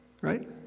Right